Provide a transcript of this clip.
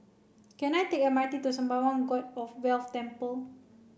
can I take M R T to Sembawang God of Wealth Temple